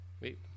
Wait